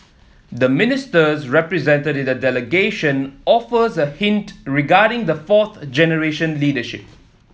the Ministers represented in the delegation offers a hint regarding the fourth generation leadership